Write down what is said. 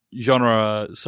genre